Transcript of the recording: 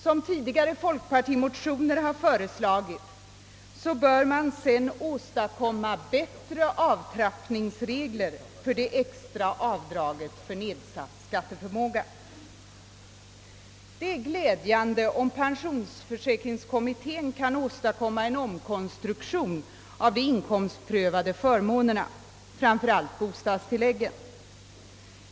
Som tidigare folkpartimotioner har föreslagit bör man sedan åstadkomma bättre avtrappningsregler för det extra avdraget för nedsatt skatteförmåga. Det vore glädjande om pensionsförsäkringkommittén kunde åstadkomma en omkonstruktion av de inkomstprövade förmånerna, framför allt då bostadstilläggen.